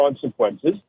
consequences